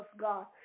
God